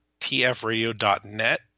tfradio.net